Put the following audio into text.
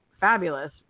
fabulous